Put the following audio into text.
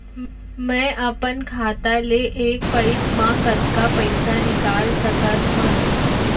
मैं अपन खाता ले एक पइत मा कतका पइसा निकाल सकत हव?